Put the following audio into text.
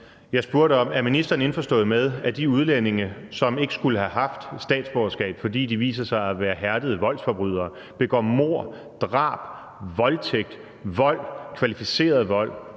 Jeg spurgte, om ministeren er indforstået med, at de udlændinge, som ikke skulle have haft statsborgerskab, fordi de viser sig at være hærdede voldsforbrydere, begår mord, drab, voldtægt, vold – kvalificeret vold